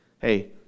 Hey